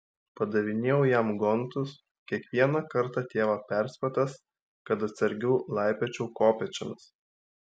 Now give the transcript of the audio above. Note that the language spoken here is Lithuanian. padavinėjau jam gontus kiekvieną kartą tėvo perspėtas kad atsargiau laipiočiau kopėčiomis